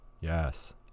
Yes